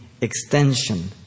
extension